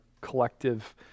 collective